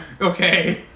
okay